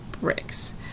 bricks